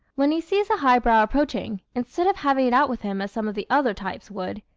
when he sees a highbrow approaching, instead of having it out with him as some of the other types would,